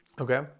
Okay